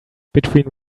between